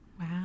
wow